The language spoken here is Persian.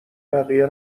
بقیه